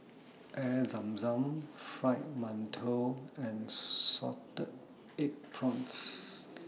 Air Zam Zam Fried mantou and Salted Egg Prawns